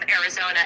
Arizona